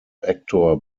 actor